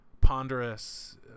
ponderous